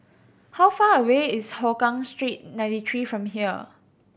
how far away is Hougang Street Ninety Three from here